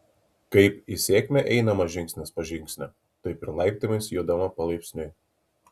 kaip į sėkmę einama žingsnis po žingsnio taip ir laiptais judama palaipsniui